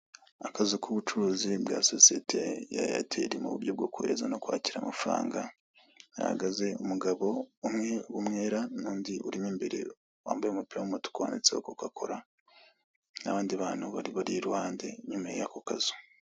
Akazu k'ubucuruzi bwa sosiyete ya eyateri muburyo bwo kohereza no kwakira amafaranga hahagaze umugabo umwe w'umwera n'undi urimo imbere wambaye umupira w'umutuku wanditseho coca cola n'abandi bantu bari bari iruhande inyuma yako kazu.